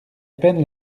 peine